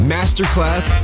Masterclass